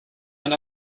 man